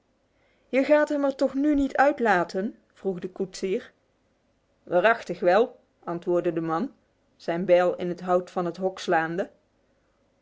je gaat hem toch nu niet er uit laten vroeg de koetsier werachtig wel antwoordde de man zijn bijl in het hout van het hok slaande